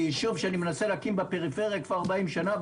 יישוב שאני מנסה להקים בפריפריה כבר ארבעים שנה,